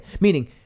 Meaning